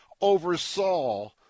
oversaw